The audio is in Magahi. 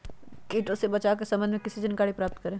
किटो से बचाव के सम्वन्ध में किसी जानकारी प्राप्त करें?